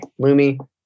Lumi